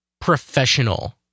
professional